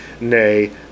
nay